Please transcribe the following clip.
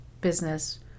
business